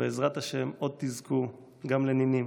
ובעזרת השם עוד תזכו גם לנינים.